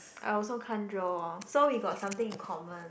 I also can't draw so we got something in common